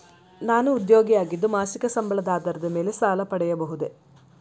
ನಾನು ಉದ್ಯೋಗಿ ಆಗಿದ್ದು ಮಾಸಿಕ ಸಂಬಳದ ಆಧಾರದ ಮೇಲೆ ಸಾಲ ಪಡೆಯಬಹುದೇ?